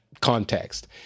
context